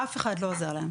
עוד דבר קטן.